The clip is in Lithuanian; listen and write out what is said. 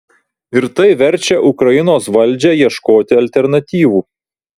ir tai verčia ukrainos valdžią ieškoti alternatyvų